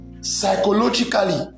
psychologically